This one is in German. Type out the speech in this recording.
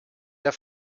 der